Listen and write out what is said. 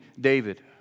David